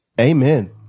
Amen